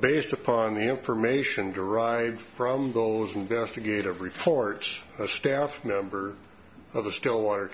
based upon the information derived from goals investigative reports a staff member of the stillwater